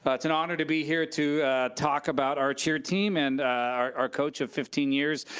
but it's an honor to be here to talk about our cheer team and our our coach of fifteen years.